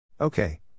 Okay